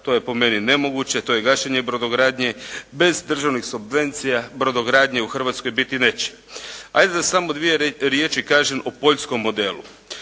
To je po meni nemoguće. To je gašenje brodogradnje. Bez državnih subvencija brodogradnje u Hrvatskoj biti neće. Ajde da samo dvije riječi kažem o poljskom modelu.